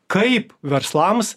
kaip verslams